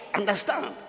understand